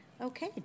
Okay